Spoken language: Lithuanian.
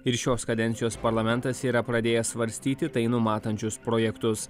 ir šios kadencijos parlamentas yra pradėjęs svarstyti tai numatančius projektus